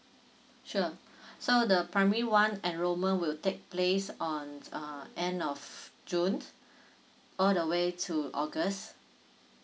sure so the primary one enrolment will take place on uh end of june all the way to august